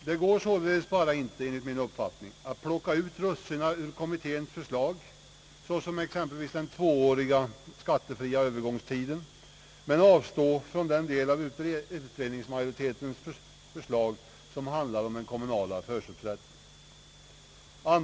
Det går således bara inte att plocka ut russinen ur kommitténs förslag, såsom exempelvis den tvååriga skattefria Öövergångstiden, men avstå från den del av utredningsmajoritetens förslag som handlar om den kommunala förköpsrätten.